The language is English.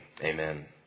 Amen